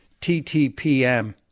TTPM